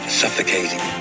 suffocating